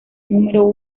número